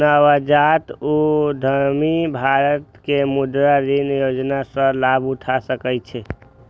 नवजात उद्यमी भारत मे मुद्रा ऋण योजना सं लाभ उठा सकै छै